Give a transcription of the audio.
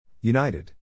United